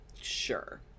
Sure